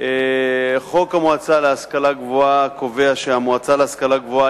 חוק המועצה להשכלה גבוהה קובע שהמועצה להשכלה גבוהה